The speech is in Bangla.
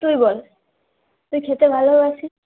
তুই বল তুই খেতে ভালোবাসিস